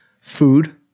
Food